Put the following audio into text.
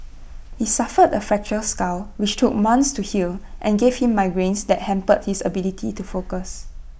he suffered A fractured skull which took months to heal and gave him migraines that hampered his ability to focus